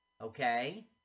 Okay